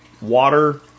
water